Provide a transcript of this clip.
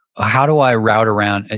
how do i route around? ah